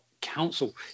council